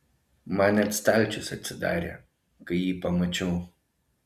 man net stalčius atsidarė kai jį pamačiau